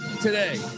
today